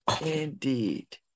Indeed